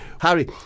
Harry